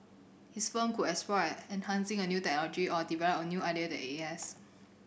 his firm could enhancing a new technology or develop a new idea that it